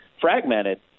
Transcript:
fragmented